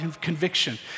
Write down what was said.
conviction